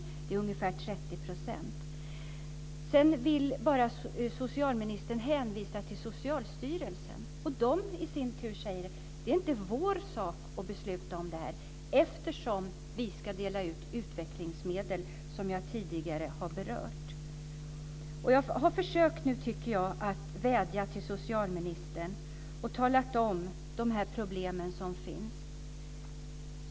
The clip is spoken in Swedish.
Ungefär 30 % av dem som söker hjälp är från Skåne. Socialministern hänvisar till Socialstyrelsen, som i sin tur säger: Det är inte vår sak att besluta. Socialstyrelsen ska dela ut utvecklingsmedel, vilket jag tidigare har berört. Jag har försökt vädja till socialministern och beskrivit de problem som finns.